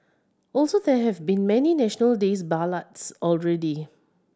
also there have been many National Days ballads already